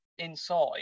inside